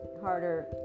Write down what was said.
harder